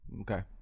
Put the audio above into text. Okay